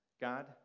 God